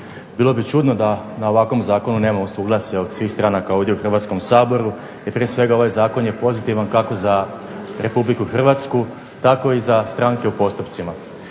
Bilo bi čudno da na ovakvom zakonu nemamo suglasje od svih stranaka ovdje u Hrvatskom saboru, jer prije svega ovaj zakon je pozitivan kako za Republiku Hrvatsku, tako i za stranke u postupcima.